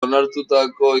onartutako